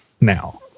now